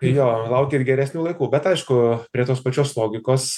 jo laukit geresnių laikų bet aišku prie tos pačios logikos